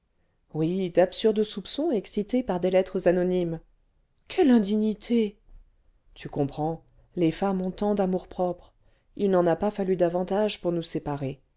oui d'absurdes soupçons excités par des lettres anonymes quelle indignité tu comprends les femmes ont tant d'amour-propre il n'en a pas fallu davantage pour nous séparer